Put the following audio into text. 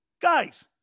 Guys